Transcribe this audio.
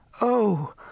Oh